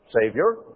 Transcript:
Savior